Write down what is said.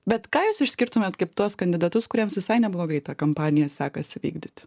bet ką jūs išskirtumėt kaip tuos kandidatus kuriems visai neblogai tą kampaniją sekasi vykdyt